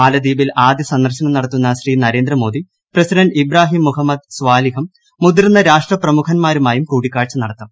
മാലദ്വീപിൽ ആദ്യ സന്ദർശനം നടത്തുന്ന ശ്രീ നരേന്ദ്രമോദി പ്രസിഡന്റ് ഇബ്രാഹീം മുഹമ്മദ് സ്വാലിഹും മുതിർന്ന രാഷ്ട്ര പ്രമുഖന്മാരുമായും കൂടിക്കാഴ്ച നടത്തും